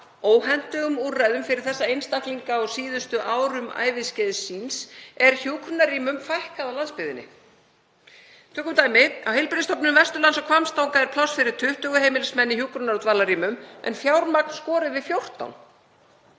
óhentugum úrræðum fyrir þessa einstaklinga á síðustu árum æviskeiðs síns, er hjúkrunarrýmum fækkað á landsbyggðinni. Tökum dæmi: Á Heilbrigðisstofnun Vesturlands á Hvammstanga er pláss fyrir 20 heimilismenn í hjúkrunar- og dvalarrýmum en fjármagn skorið við 14,